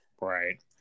Right